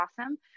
awesome